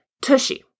Tushy